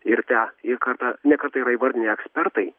ir tą ir kartą ne kartą yra įvardinę ekspertai